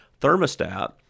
thermostat